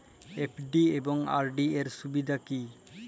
FD এবং RD এর সুবিধা কী?